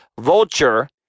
Vulture